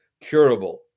curable